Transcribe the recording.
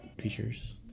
creatures